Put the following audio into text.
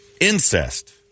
Incest